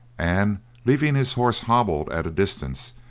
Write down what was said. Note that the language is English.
and leaving his horse hobbled at a distance,